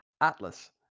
Atlas